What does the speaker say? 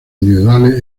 individuales